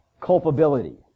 culpability